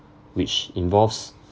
which involves